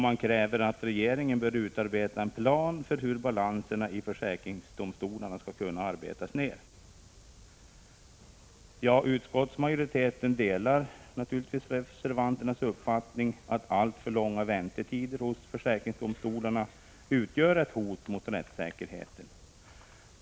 Man kräver att regeringen bör utarbeta en plan för hur balanserna i försäkringsdomstolarna skall kunna arbetas ned. Utskottsmajoriteten delar naturligtvis reservanternas uppfattning att de alltför långa väntetiderna hos försäkringsdomstolarna utgör ett hot mot rättssäkerheten.